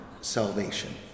salvation